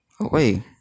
okay